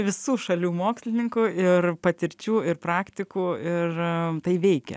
visų šalių mokslininkų ir patirčių ir praktikų ir tai veikia